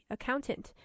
Accountant